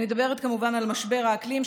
אני מדברת כמובן על משבר האקלים,